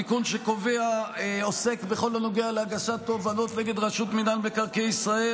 תיקון שעוסק בכל הנוגע להגשת תובענות נגד רשות מקרקעי ישראל,